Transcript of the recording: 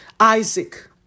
Isaac